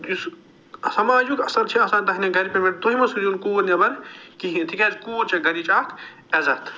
یُس سماجُک اثر چھِ آسان تہنٛدن گرِ تُہۍ مہٕ سوزۍوُن کوٗر نٮ۪بر کِہیٖنۍ تِکیٛازِ کوٗر چھِ گرِچ اکھ عٮ۪زتھ